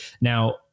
Now